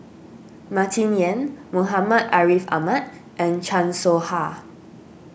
Martin Yan Muhammad Ariff Ahmad and Chan Soh Ha